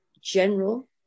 general